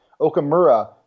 Okamura